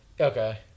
Okay